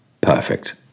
Perfect